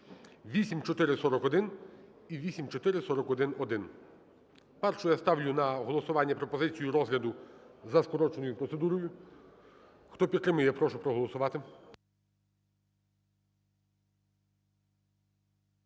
(8441 і 8441-1). Спершу я ставлю на голосування пропозицію розгляду за скороченою процедурою. Хто підтримує, я прошу проголосувати.